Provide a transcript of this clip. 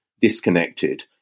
disconnected